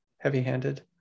heavy-handed